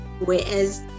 whereas